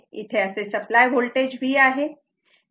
आणि इथे असे सप्लाय होल्टेज V आहे